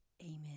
amen